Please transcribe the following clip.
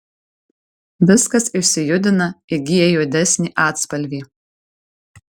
viskas išsijudina įgyja juodesnį atspalvį